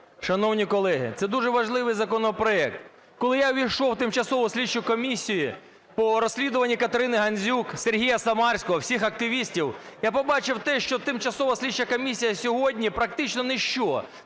Шановні колеги, це дуже важливий законопроект. Коли я ввійшов в Тимчасову слідчу комісію по розслідуванню Катерини Гандзюк, Сергія Самарського, всіх активістів, я побачив те, що тимчасова слідча комісія сьогодні практично – ніщо.